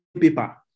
paper